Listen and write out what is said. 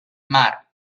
mar